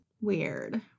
Weird